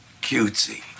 Cutesy